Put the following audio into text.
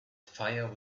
fire